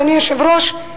אדוני היושב-ראש,